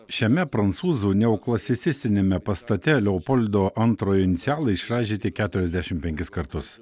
šiame prancūzų neoklasicistiniame pastate leopoldo antrojo inicialai išraižyti keturiasdešimt penkis kartus